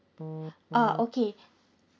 ah okay